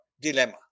dilemma